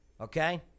Okay